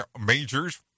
majors